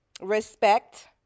respect